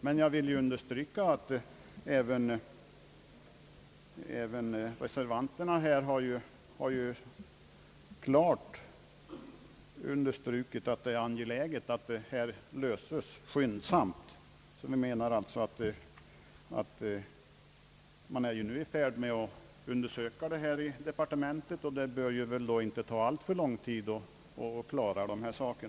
Men jag vill understryka att även reservanterna klart framhållit att det är angeläget att denna fråga löses snarast möjligt. Vi menar att när man nu är i färd med att undersöka detta i departementet bör det väl inte ta alltför lång tid att klara dessa saker.